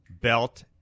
belt